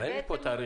אבל אין פה תאריכים.